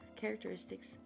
characteristics